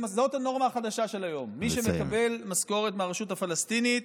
זאת הנורמה החדשה של היום: מי שמקבל משכורת מהרשות הפלסטינית